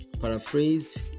Paraphrased